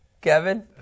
Kevin